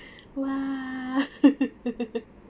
!wah!